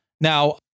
Now